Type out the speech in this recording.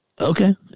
okay